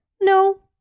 no